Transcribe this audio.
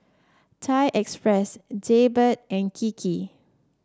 Thai Express Jaybird and Kiki